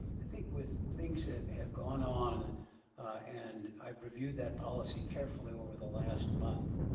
i think with things that have gone on and i've reviewed that policy carefully over the last month,